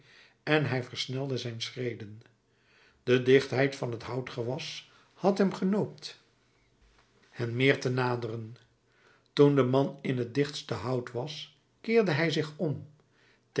en hij versnelde zijn schreden de dichtheid van het houtgewas had hem genoopt hen meer te naderen toen de man in het dichtste hout was keerde hij zich om